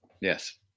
Yes